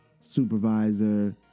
supervisor